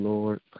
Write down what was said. Lord